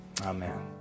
Amen